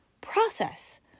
process